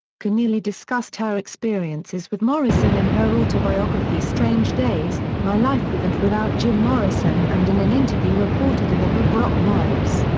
kennealy discussed her experiences with morrison in her autobiography strange days my life with and without jim morrison and in an interview reported in the book rock wives.